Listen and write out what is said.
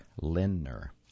Lindner